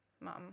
mom